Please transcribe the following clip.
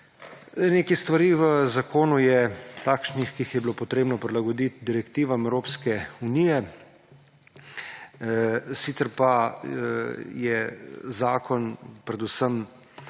Nekaj stvari v zakonu je takšnih, ki jih je bilo potrebno prilagoditi direktivam Evropske unije, sicer pa je zakon predvsem